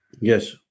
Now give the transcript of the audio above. Yes